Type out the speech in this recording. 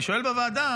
אני שואל בוועדה,